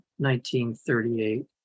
1938